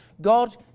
God